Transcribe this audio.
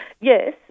yes